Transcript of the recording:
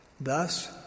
Thus